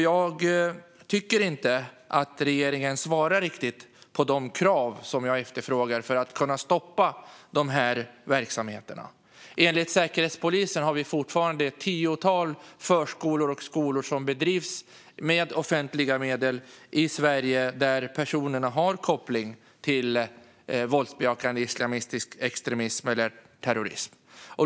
Jag tycker inte att regeringen riktigt svarar när det gäller de krav som jag efterfrågar för att kunna stoppa dessa verksamheter. Enligt Säkerhetspolisen har vi fortfarande ett tiotal förskolor och skolor i Sverige som drivs med offentliga medel där personerna har koppling till våldsbejakande islamistisk extremism eller terrorism.